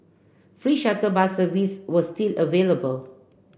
free shuttle bus service were still available